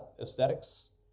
aesthetics